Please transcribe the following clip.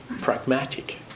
pragmatic